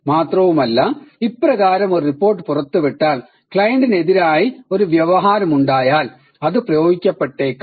മാത്രവുമല്ല ഇപ്രകാരം ഒരു റിപ്പോർട്ട് പുറത്തുവിട്ടാൽ ക്ലയന്റിനെതിരായി ഒരു വ്യവഹാരമുണ്ടായാൽ അത് പ്രയോഗിക്കപ്പെട്ടേക്കാം